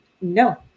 no